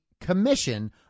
commission